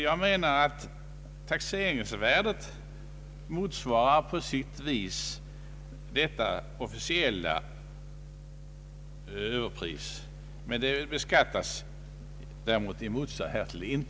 Jag menar att taxeringsvärdet på sitt sätt motsvarar detta officiella överpris, men i motsats till taxeringsvärdet beskattas det inte.